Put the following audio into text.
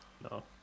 no